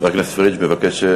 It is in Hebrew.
חבר הכנסת פריג' מבקש?